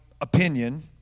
opinion